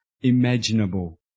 imaginable